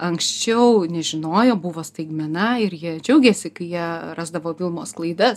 anksčiau nežinojo buvo staigmena ir jie džiaugėsi kai jie rasdavo vilmos klaidas